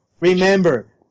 Remember